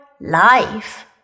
life